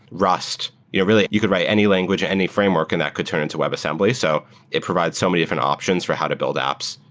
rust. you know really, you could write any language in any framework and that could turn into webassembly. so it provides so many different options for how to build apps,